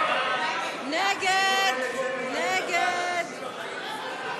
סעיף תקציבי 35,